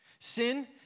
Sin